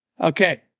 Okay